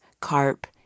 carp